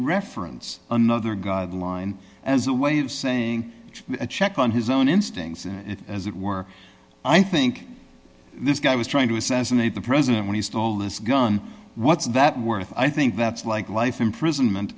reference another god line as a way of saying a check on his own instincts as it were i think this guy was trying to assassinate the president when he stole this gun what's that worth i think that's like life imprisonment